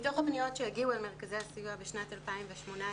מתוך הפניות שהגיעו למרכזי הסיוע בשנת 2018,